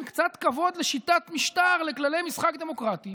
ואת כבוד השר וכל חברי הכנסת שנמצאים